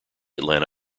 atlanta